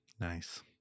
Nice